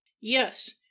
Yes